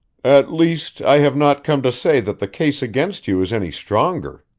at least, i have not come to say that the case against you is any stronger,